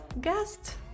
guest